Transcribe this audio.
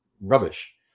rubbish